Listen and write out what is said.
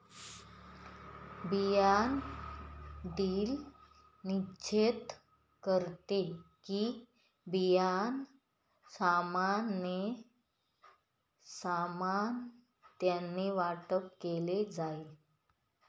बियाण ड्रिल निश्चित करते कि, बियाणं समानतेने वाटप केलं जाईल